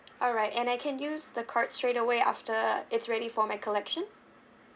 alright and I can use the card straightaway after it's ready for my collection